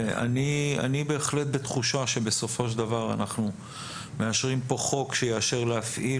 אני בהחלט בתחושה שבסופו של דבר אנחנו מאשרים כאן חוק שיאשר להפעיל